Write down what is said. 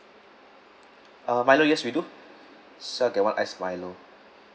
uh milo yes we do so I get one ice milo